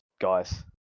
guys